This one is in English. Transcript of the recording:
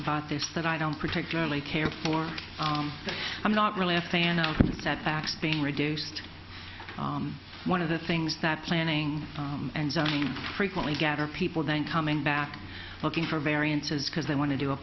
about this that i don't particularly care for i'm not really a fan of setbacks being reduced one of the things that planning and zoning frequently get are people then coming back looking for variances because they want to do a